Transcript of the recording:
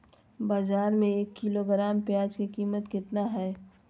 बाजार में एक किलोग्राम प्याज के कीमत कितना हाय?